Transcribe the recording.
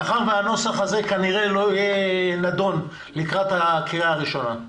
מאחר שהנוסח הזה כנראה לא יהיה נדון לקראת הקריאה הראשונה,